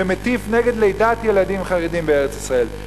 שמטיף נגד לידת ילדים חרדים בארץ-ישראל,